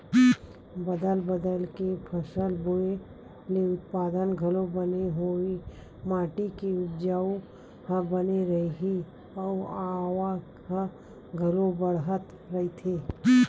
बदल बदल के फसल बोए ले उत्पादन घलोक बने होही, माटी के उपजऊपन ह बने रइही अउ आवक ह घलोक बड़ाथ रहीथे